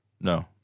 No